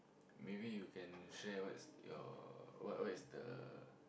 maybe you can share what's your what what is the